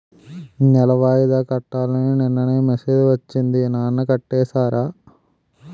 నెల వాయిదా కట్టాలని నిన్ననే మెసేజ్ ఒచ్చింది నాన్న కట్టేసారా?